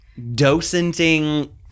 docenting